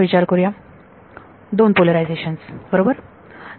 2 polarisations बरोबर